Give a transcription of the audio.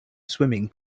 swimming